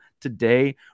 today